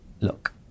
look